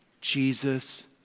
Jesus